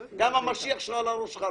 אושר.